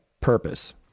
Purpose